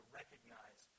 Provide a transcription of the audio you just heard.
recognize